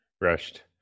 rushed